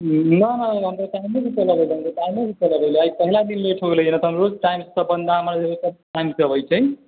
नहि नहि हम तऽ टाइमे सँ चल अबै लए टाइमे से चलि अबैले आइ पहला दिन लेट हो गेलै है नै तऽ हम रोज टाइमसँ अपन साइन करबै छियै